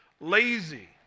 lazy